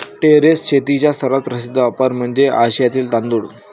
terrace शेतीचा सर्वात प्रसिद्ध वापर म्हणजे आशियातील तांदूळ